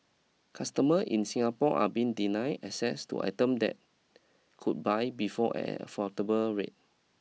customer in Singapore are being deny access to item that could buy before at affordable rate